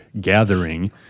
gathering